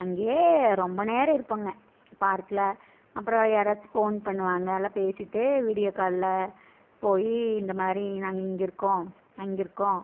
அங்கேயே ரொம்ப நேரம் இருப்பாங்க பார்கில் அப்புறோம் யாராச்சு ஃபோன் பண்ணுவாங்க நல்லா பேசிகிட்டு வீடியோ காலில் போய் இந்த மாதிரி நாங்கள் இங்கே இருக்கோம் அங்கேருக்கோம்